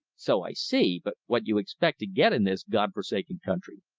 so i see. but what you expect to get in this godforsaken country?